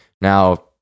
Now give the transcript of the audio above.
Now